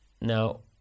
Now